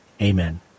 Amen